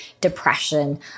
depression